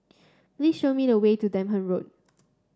please show me the way to Durham Road